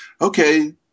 okay